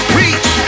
reach